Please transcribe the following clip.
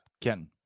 Ken